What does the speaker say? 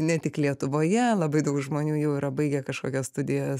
ne tik lietuvoje labai daug žmonių jau yra baigę kažkokias studijas